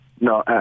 no